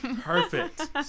Perfect